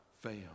fail